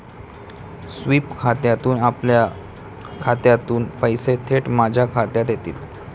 sweep खात्यातून आपल्या खात्यातून पैसे थेट माझ्या खात्यात येतील